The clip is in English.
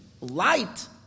Light